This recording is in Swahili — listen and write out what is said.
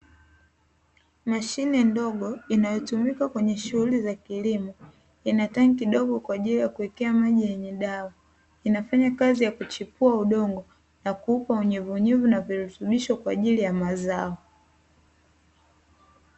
Mashine ndogo inayotumika kwenye shughuli za kilimo, ina tanki dogo kwa ajili ya kuwekea maji yenye dawa, inafanya kazi ya kuchipua udongo na kuupa unyevunyevu na virutubisho kwa ajili ya mazao.